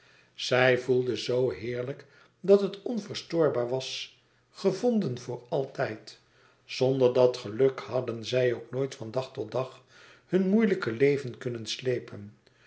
zij voelde zoo heerlijk dat het onverstoorbaar was gevonden voor altijd zonder dat geluk hadden zij ook nooit van dag tot dag hun moeilijke leven kunnen sleepen